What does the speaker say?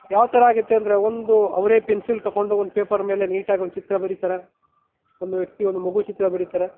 ಯಾವ ಥರ ಆಗುತ್ತೆ ಅಂದರೆ ಒಂದು ಅವರೇ ಪೆನ್ಸಿಲ್ ತೊಗೊಂಡು ಒಂದು ಪೇಪರ್ ಮೇಲೆ ನೀಟಾಗಿ ಒಂದು ಚಿತ್ರ ಬರೀತಾರೆ ಒಂದು ವ್ಯಕ್ತಿ ಒಂದು ಮಗು ಚಿತ್ರ ಬರೀತಾರೆ